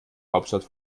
hauptstadt